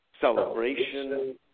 celebration